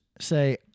say